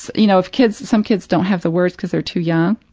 so you know, if kids some kids don't have the words because they're too young,